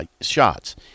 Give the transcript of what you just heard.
shots